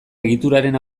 egituraren